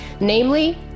Namely